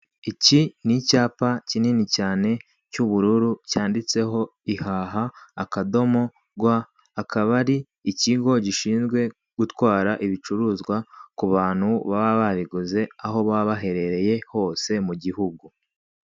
Iki ni icyapa kinini cyane cy'ubururu cyanditseho Ihaha akadomo rwa, akaba ari ikigo gishinzwe gutwara ibicuruzwa ku bantu baba babiguze aho baba baherereye hose mu gihugu.